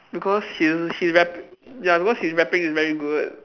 because he he rap ya because his rapping is very good